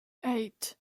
eight